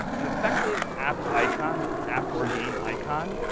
an effective app icon, app or game icon,